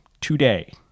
today